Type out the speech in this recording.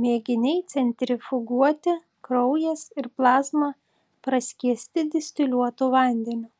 mėginiai centrifuguoti kraujas ir plazma praskiesti distiliuotu vandeniu